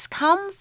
come